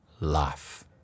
life